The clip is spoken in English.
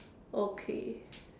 okay